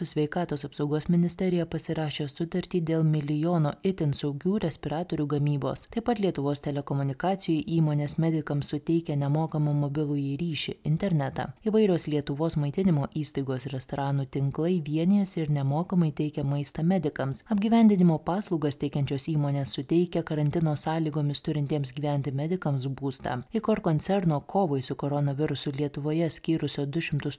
su sveikatos apsaugos ministerija pasirašė sutartį dėl milijono itin saugių respiratorių gamybos taip pat lietuvos telekomunikacijų įmonės medikams suteikia nemokamą mobilųjį ryšį internetą įvairios lietuvos maitinimo įstaigos restoranų tinklai vienijasi ir nemokamai teikia maistą medikams apgyvendinimo paslaugas teikiančios įmonės suteikia karantino sąlygomis turintiems gyventi medikams būstą icor koncerno kovai su koronavirusu lietuvoje skyrusio du šimtus